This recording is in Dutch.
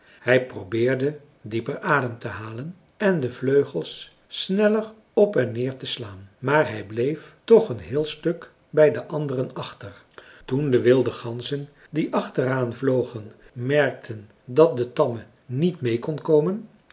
hij probeerde dieper adem te halen en de vleugels sneller op en neer te slaan maar hij bleef toch een heel stuk bij de anderen achter toen de wilde ganzen die achteraan vlogen merkten dat de tamme niet meê kon komen